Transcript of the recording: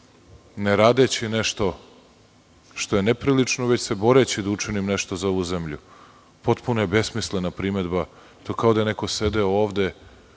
ne radeći nešto što je neprilično, već se boreći da učinim nešto za ovu zemlju. Potpuno je besmislena primedba, kao da je neko sedeo ovde